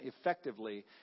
effectively